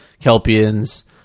Kelpians